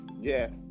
Yes